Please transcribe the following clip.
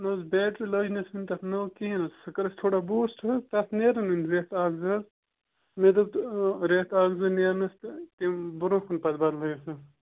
نہٕ حظ بیٹری لٲج نہٕ وٕنۍ تَتھ نٔو کِہیٖنۍ نہٕ سٔہ کٔر اَسہِ تھوڑا بوٗسٹہٕ حظ تَتھ نٮ۪ران وٕنۍ ریٚتھ اَکھ زٕ حظ مےٚ دوٚپ ریٚتھ اَکھ زٕ نٮ۪رٕنَس تہٕ تٔمۍ برونٛہہ کُن پَتہٕ بدلٲیو سُہ